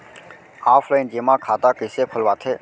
Offline जेमा खाता कइसे खोलवाथे?